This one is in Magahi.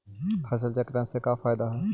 फसल चक्रण से का फ़ायदा हई?